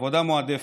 עבודה מועדפת,